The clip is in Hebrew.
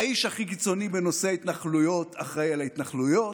האיש הכי קיצוני בנושא ההתנחלויות אחראי להתנחלויות,